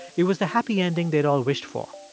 it was the happy ending they'd all wished for.